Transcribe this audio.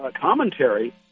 commentary